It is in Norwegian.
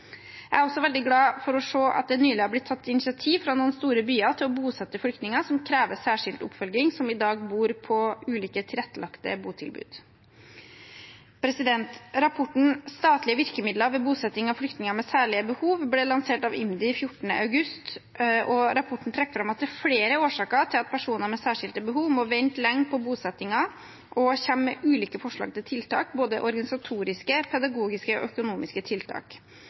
Jeg er også veldig glad for å se at det nylig har blitt tatt initiativ fra noen store byer til å bosette flyktninger som krever særskilt oppfølging, som i dag bor på ulike tilrettelagte botilbud. Rapporten «Statlige virkemidler ved bosetting av flyktninger med særlige behov» ble lansert av IMDi 14. august. Rapporten trekker fram at det er flere årsaker til at personer med særskilte behov må vente lenge på bosettingen, og kommer med ulike forslag til tiltak, både organisatoriske, pedagogiske og økonomiske.